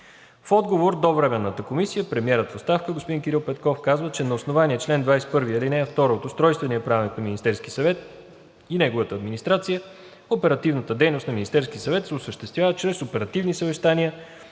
В отговор до Временната комисия премиерът в оставка господин Кирил Петков казва, че на основание чл. 21, aл. 2 от Устройствения правилник на Министерския съвет и неговата администрация оперативната дейност на Министерския съвет се осъществява чрез оперативни съвещания